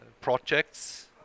projects